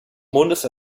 mondes